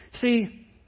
See